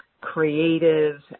creative